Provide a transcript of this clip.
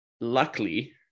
luckily